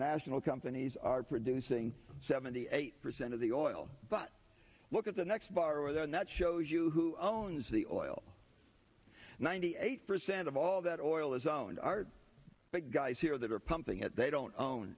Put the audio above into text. national companies are producing seventy eight percent of the oil but look at the next borrower that shows you who owns the oil ninety eight percent of all that oil is owned are big guys here that are pumping it they don't own